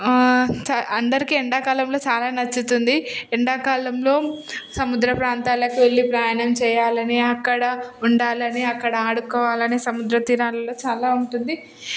అందరికీ ఎండాకాలంలో చాలా నచ్చుతుంది ఎండాకాలంలో సముద్ర ప్రాంతాలకు వెళ్ళి ప్రయాణం చేయాలని అక్కడ ఉండాలని అక్కడ ఆడుకోవాలని సముద్రతీరాలలో చాలా ఉంటుంది